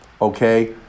okay